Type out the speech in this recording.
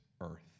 earth